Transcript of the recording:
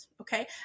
Okay